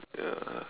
ya